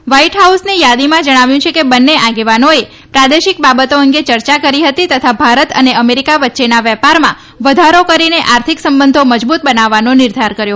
white હાઉસની થાદીમાં જણાવ્યુ છે કે બંને આગેવાનોએ પ્રાદેશિક બાબતો અંગે ચર્ચા કરી હતી તથા ભારત અને અમેરીકા વચ્ચેના વેપારમાં વધારો કરીને આર્થિક સંબંધો મજબૂત બનાવવાનો નિર્ધાર કર્યો